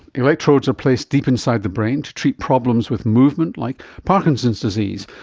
electrodes are placed deep inside the brain to treat problems with movement like parkinson's disease,